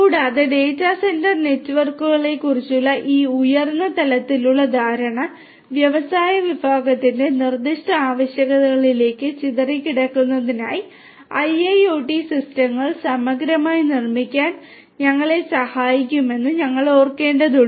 കൂടാതെ data centre നെറ്റ്വർക്കുകളെക്കുറിച്ചുള്ള ഈ ഉയർന്ന തലത്തിലുള്ള ധാരണ വ്യവസായ വിഭാഗത്തിന്റെ നിർദ്ദിഷ്ട ആവശ്യകതകളിലേക്ക് ചിതറിക്കിടക്കുന്നതിനായി IIoT സിസ്റ്റങ്ങൾ സമഗ്രമായി നിർമ്മിക്കാൻ ഞങ്ങളെ സഹായിക്കുമെന്ന് ഞങ്ങൾ ഓർക്കേണ്ടതുണ്ട്